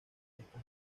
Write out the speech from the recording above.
estas